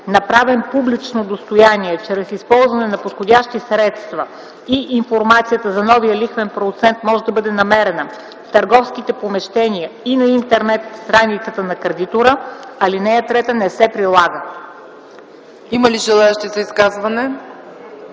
направен публично достояние чрез използване на подходящи средства и информацията за новия лихвен процент може да бъде намерена в търговските помещения и на Интернет страницата на кредитора, ал. 3 не се прилага.” ПРЕДСЕДАТЕЛ ЦЕЦКА